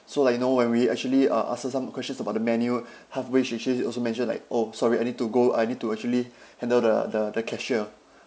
so like you know when we actually uh asked her some of the questions about the menu halfway she she also mentioned like oh sorry I need to go I need to actually handle the the the cashier